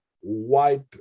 white